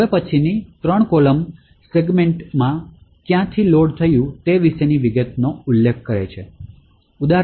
હવે પછીની ત્રણ કૉલમ સેગમેન્ટ ક્યાંથી લોડ થયું હતું તે વિશેની વિગતોનો ઉલ્લેખ કરે છે